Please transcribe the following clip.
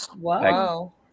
Wow